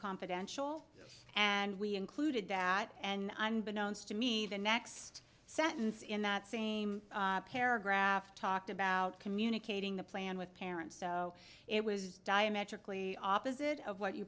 confidential and we included that and unbeknownst to me the next sentence in that same paragraph talked about communicating the plan with parents so it was diametrically opposite of what you